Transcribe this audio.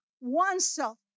oneself